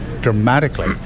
Dramatically